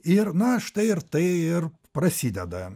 ir na štai ir tai ir prasideda